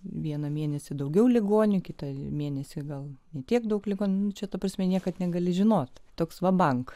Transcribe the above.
vieną mėnesį daugiau ligonių kitą mėnesį gal ne tiek daug ligoninių čia ta prasme niekad negali žinot toks va bank